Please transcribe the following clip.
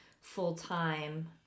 full-time